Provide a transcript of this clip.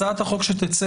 הצעת החוק שתצא